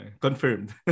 Confirmed